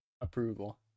approval